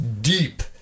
Deep